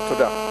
תודה.